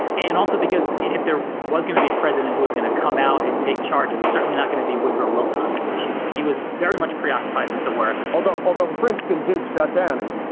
and also because if there was going to be a president who was going to come out and take charge, it was certainly not going to be woodrow wilson on this issue. you know, yeah he was very much preoccupied with the war effort, although although princeton did shut down, as you said,